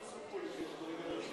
אנחנו הבאנו,